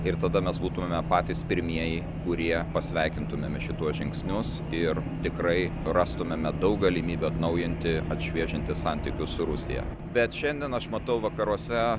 ir tada mes būtumėme patys pirmieji kurie pasveikintumėme šituos žingsnius ir tikrai rastumėme daug galimybių atnaujinti atšviežinti santykius su rusija bet šiandien aš matau vakaruose